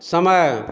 समय